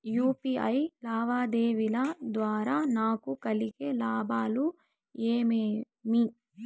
UPI లావాదేవీల ద్వారా నాకు కలిగే లాభాలు ఏమేమీ?